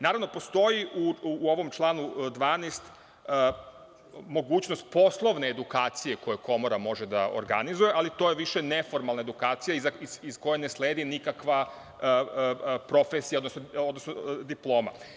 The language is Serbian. Naravno, postoji u ovom članu 12. mogućnost poslovne edukacije koja komora može da organizuje, ali to je više neformalna edukacija iz koje ne sledi nikakva profesija, odnosno diploma.